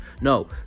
No